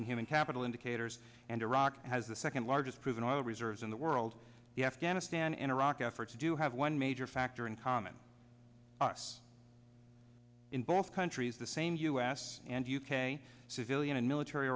and human capital indicators and iraq has the second largest proven oil reserves in the world the afghanistan and iraq efforts do have one major factor in common us in both countries the same u s and u k civilian and military